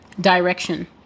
direction